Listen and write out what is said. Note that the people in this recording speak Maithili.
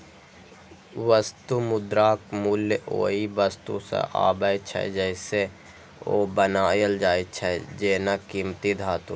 वस्तु मुद्राक मूल्य ओइ वस्तु सं आबै छै, जइसे ओ बनायल जाइ छै, जेना कीमती धातु